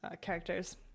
characters